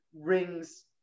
rings